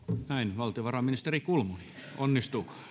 valtiovarainministeri kulmuni onnistuuko